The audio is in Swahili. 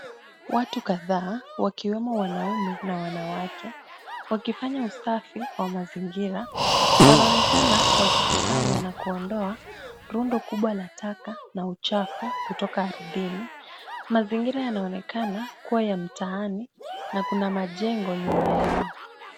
Watu kadhaa wakiwemo wanaume na wanawake, wakifanya usafi wa mazingira, wanaonekana wakikusanya na kuondoa rundo kubwa la taka na uchafu kutoka ardhini. Mazingira yanaonekana kuwa ya mtaani na kuna majengo nyuma yao.